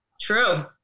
True